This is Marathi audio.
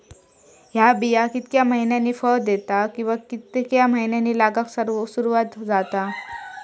हया बिया कितक्या मैन्यानी फळ दिता कीवा की मैन्यानी लागाक सर्वात जाता?